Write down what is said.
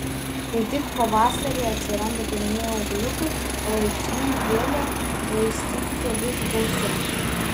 kai tik pavasarį atsiranda pirmieji ūgliukai palaipsniui gėlę laistykite vis gausiau